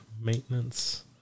maintenance